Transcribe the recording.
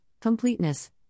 completeness